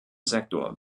sektor